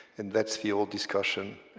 and that's the old discussion,